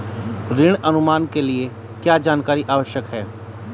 ऋण अनुमान के लिए क्या जानकारी आवश्यक है?